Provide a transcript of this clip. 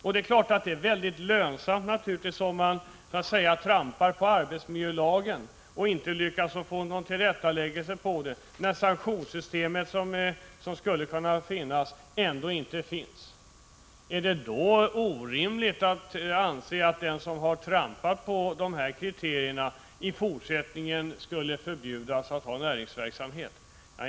Naturligtvis är det mycket lönsamt att så att säga trampa på arbetsmiljölagen — särskilt om det inte går att komma till rätta med förhållandena. Det finns ju ändå inget sanktionssystem. Ett sådant borde dock finnas. Är det då orimligt att anse att den som så att säga har trampat på arbetsmiljölagen och de kriterier som finns i det sammanhanget i fortsättningen skulle förbjudas att bedriva näringsverksamhet?